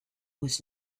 was